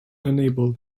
unable